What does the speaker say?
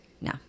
No